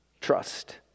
Trust